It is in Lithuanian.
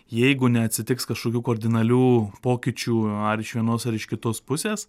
jeigu neatsitiks kažkokių kardinalių pokyčių ar iš vienos ar iš kitos pusės